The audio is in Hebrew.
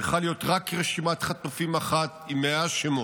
צריכה להיות רק רשימת חטופים אחת עם 100 שמות.